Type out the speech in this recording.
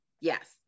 Yes